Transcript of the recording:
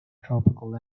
tropical